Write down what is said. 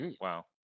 Wow